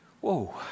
Whoa